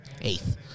eighth